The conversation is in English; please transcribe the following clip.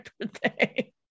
birthday